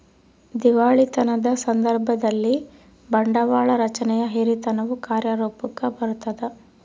ದಿವಾಳಿತನದ ಸಂದರ್ಭದಲ್ಲಿ, ಬಂಡವಾಳ ರಚನೆಯ ಹಿರಿತನವು ಕಾರ್ಯರೂಪುಕ್ಕ ಬರತದ